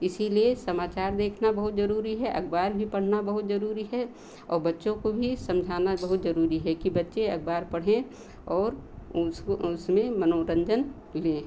इसीलिए समाचार देखना बहुत ज़रूरी है अखबार भी पढ़ना बहुत ज़रूरी है और बच्चों को भी समझाना बहुत ज़रूरी है कि बच्चे अखबार पढ़ें उसको उसमें मनोरंजन दें